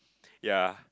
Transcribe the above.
ya